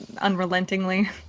unrelentingly